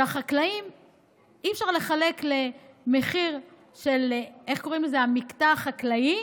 שאי-אפשר לחלק למחיר המקטע החקלאי